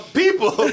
people